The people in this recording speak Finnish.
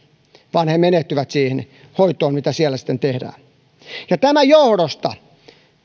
vaan he menehtyvät siihen hoitoon mitä siellä sitten tehdään tämän johdosta